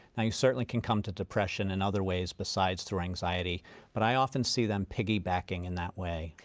and you certainly can come to depression in other ways besides through anxiety but i often see them piggybacking in that way.